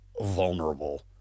vulnerable